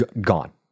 gone